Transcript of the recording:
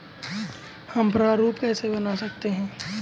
हम प्रारूप कैसे बना सकते हैं?